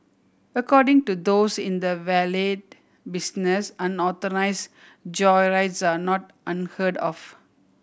according to those in the valet business unauthorised joyrides are not unheard of